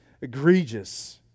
egregious